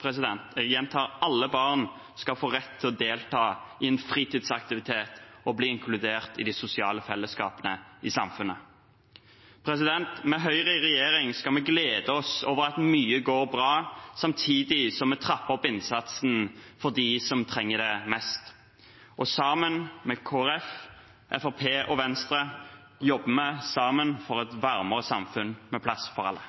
barn – jeg gjentar: alle barn – skal få rett til å delta i en fritidsaktivitet og bli inkludert i de sosiale fellesskapene i samfunnet. Med Høyre i regjering skal vi glede oss over at mye går bra, samtidig som vi trapper opp innsatsen for dem som trenger det mest. Sammen med Kristelig Folkeparti, Fremskrittspartiet og Venstre jobber vi for et varmere samfunn med plass for alle.